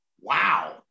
Wow